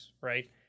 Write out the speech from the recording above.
right